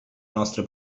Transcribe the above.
nostre